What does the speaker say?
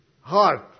heart